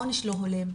העונש לא הולם,